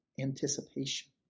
anticipation